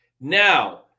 Now